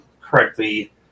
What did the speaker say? correctly